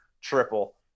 triple